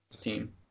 Team